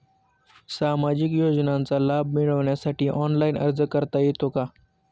सामाजिक योजनांचा लाभ मिळवण्यासाठी ऑनलाइन अर्ज करता येतो का?